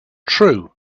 true